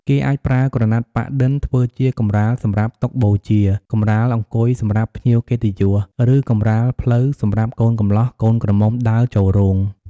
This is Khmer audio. គេអាចប្រើក្រណាត់ប៉ាក់-ឌិនធ្វើជាកម្រាលសម្រាប់តុបូជា កម្រាលអង្គុយសម្រាប់ភ្ញៀវកិត្តិយស ឬកម្រាលផ្លូវសម្រាប់កូនកំលោះកូនក្រមុំដើរចូលរោង។